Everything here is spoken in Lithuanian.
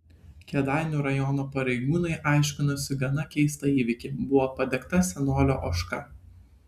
kėdainių rajono pareigūnai aiškinosi gana keistą įvykį buvo padegta senolio ožka